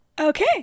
Okay